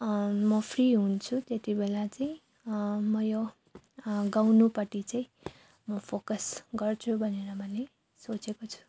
म फ्री हुन्छु त्यति बेला चाहिँ म यो गाउनुपट्टि चाहिँ म फोकस गर्छु भनेर मैले सोचेको छु